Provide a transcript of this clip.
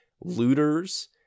Looters